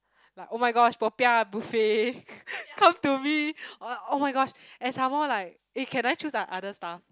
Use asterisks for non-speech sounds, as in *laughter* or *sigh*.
like oh-my-gosh popiah buffet *laughs* come to me uh oh-my-gosh and some more like eh can I choose uh other stuff